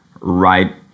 right